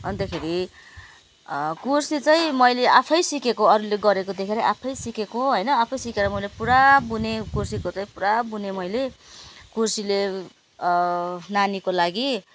अन्तखेरि कुर्सी चाहिँ मैले आफै सिकेको अरूले गरेको देखेर आफै सिकेको होइन आफै सिकेर मैले पुरा बुनेँ कुर्सीको चाहिँ पुरा बुनेँ मैले कुर्सीले नानीको लागि